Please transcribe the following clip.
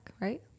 right